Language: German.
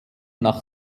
nach